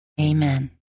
Amen